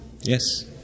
Yes